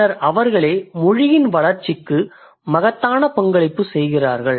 பின்னர் அவர்களே மொழியின் வளர்ச்சிக்கு மகத்தான பங்களிப்பு செய்கிறார்கள்